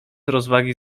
rozwagi